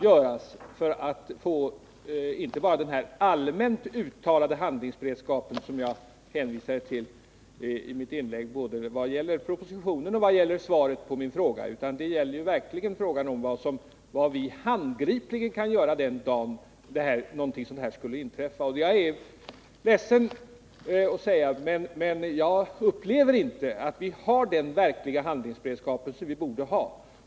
Men det räcker inte med att åstadkomma den allmänna handlingsberedskap som det talas om i propositionen och i svaret på min fråga. Vi måste också komma till klarhet om vad vi handgripligen kan göra den dag någonting sådant här inträffar. Jag är ledsen att behöva säga det, men jag upplever inte att vi har den verkliga handlingsberedskap som vi borde ha.